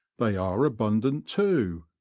they are abundant, too,